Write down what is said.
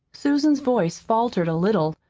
susan's voice faltered a little,